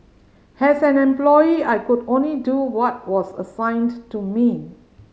has an employee I could only do what was assigned to me